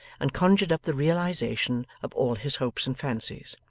and conjured up the realization of all his hopes and fancies.